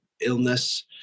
illness